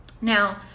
Now